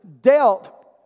dealt